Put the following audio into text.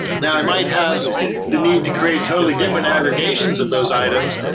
now i might have the need to create totally different aggregations of those items,